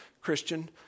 Christian